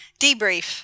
debrief